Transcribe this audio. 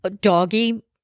doggy